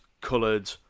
coloured